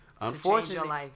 Unfortunately